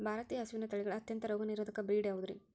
ಭಾರತೇಯ ಹಸುವಿನ ತಳಿಗಳ ಅತ್ಯಂತ ರೋಗನಿರೋಧಕ ಬ್ರೇಡ್ ಯಾವುದ್ರಿ?